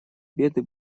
беды